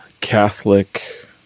Catholic